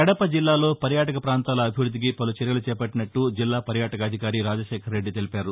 కడప జిల్లాలో పర్యాటకప్రాంతాల అభివృద్దికి పలు చర్యలు చేపట్టినట్టు జిల్లా పర్యాటక అధికారి రాజశేఖర్రెడ్డి తెలిపారు